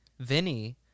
Vinny